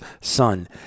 son